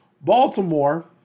Baltimore